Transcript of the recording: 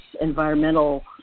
environmental